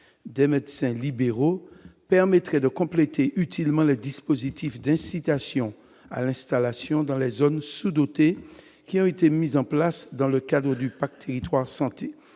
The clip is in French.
des médecins libéraux permettrait de compléter utilement le dispositif d'incitation à l'installation dans les zones sous-dotées, qui ont été mises en place dans le cadre du pacte et 3